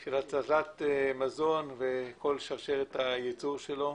של הצלת מזון וכל שרשרת הייצור שלו.